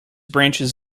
branches